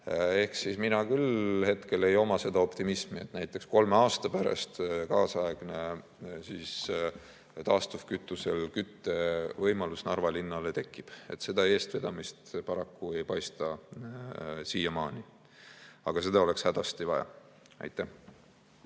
Ehk siis minul küll hetkel ei ole seda optimismi, et näiteks kolme aasta pärast kaasaegne taastuvkütusel põhinev küttevõimalus Narva linnale tekib. Seda eestvedamist paraku ei paista siiamaani. Aga seda oleks hädasti vaja. Aitäh!